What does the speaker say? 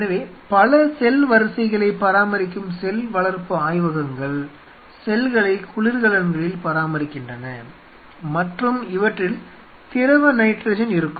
எனவே பல செல் வரிசைகளை பராமரிக்கும் செல் வளர்ப்பு ஆய்வகங்கள் செல்களை குளிர்கலன்களில் பராமரிக்கின்றன மற்றும் இவற்றில் திரவ நைட்ரஜன் இருக்கும்